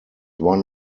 one